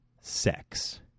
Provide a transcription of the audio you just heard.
sex